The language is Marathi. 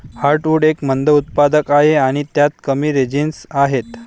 हार्टवुड एक मंद उत्पादक आहे आणि त्यात कमी रेझिनस आहे